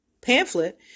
pamphlet